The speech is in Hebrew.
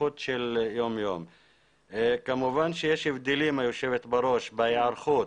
כמובן שיש הבדלים בהיערכות